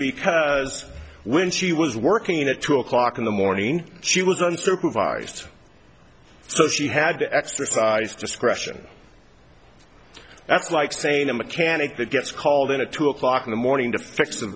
because when she was working at two o'clock in the morning she was unsupervised so she had to exercise discretion that's like saying a mechanic that gets called in at two o'clock in the morning to fix the